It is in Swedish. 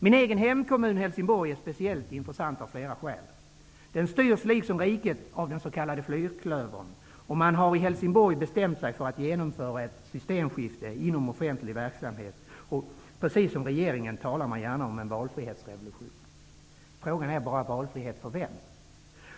Min egen hemkommun Helsingborg är speciellt intressant av flera skäl. Den styrs liksom riket av den s.k. fyrklövern, och man har i Helsingborg bestämt sig för att genomföra ett systemskifte inom offentlig verksamhet. Precis som regeringen talar man gärna om en valfrihetsrevolution. Frågan är bara: Valfrihet för vem?